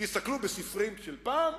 תסתכלו בספרים של פעם,